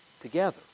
together